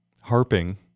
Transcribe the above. harping